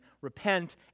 Repent